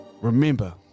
Remember